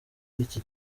iki